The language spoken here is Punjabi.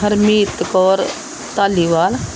ਹਰਮੀਤ ਕੌਰ ਧਾਲੀਵਾਲ